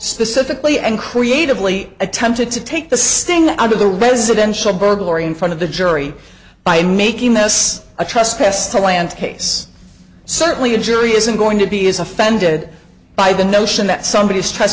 specifically and creatively attempted to take the sting out of the residential burglary in front of the jury by making this a trust test thailand case certainly the jury isn't going to be is offended by the notion that